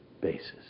basis